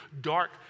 dark